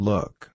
Look